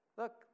look